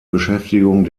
beschäftigung